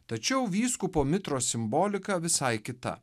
tačiau vyskupo mitros simbolika visai kita